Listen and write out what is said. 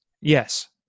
Yes